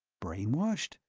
brainwashed?